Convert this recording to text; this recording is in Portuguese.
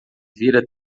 vira